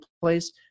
place